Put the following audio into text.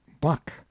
buck